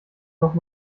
noch